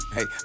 Hey